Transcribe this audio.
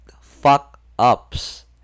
fuck-ups